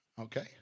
Okay